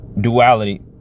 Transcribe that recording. duality